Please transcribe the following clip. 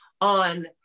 on